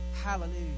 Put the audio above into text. Hallelujah